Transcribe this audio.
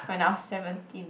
when I was seventeen